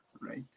right